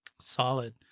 Solid